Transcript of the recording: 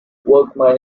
workman